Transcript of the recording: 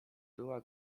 była